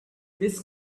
this